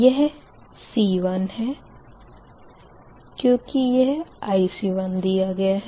यह C1 है क्यूँकि यह IC1 दिया गया है